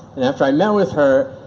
and after i met with her,